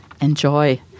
enjoy